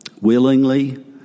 willingly